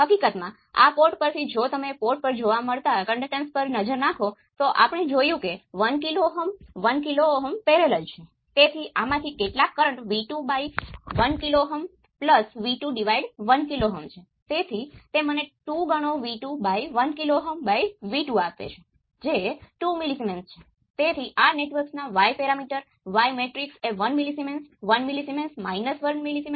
હવે આને મનિપ્યુલેટ કરીને હું V નોટ બાય Vs મેળવી શકું છું જે V2 બાય Vs જેવું જ છે જે y21 divide by y11 by Gs y22 Gl y12 y21 થશે